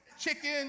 chicken